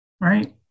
right